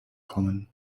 kommen